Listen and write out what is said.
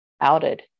outed